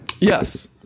Yes